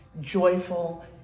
joyful